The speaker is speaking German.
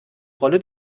rolle